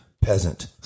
Peasant